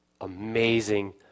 amazing